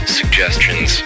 suggestions